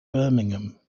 birmingham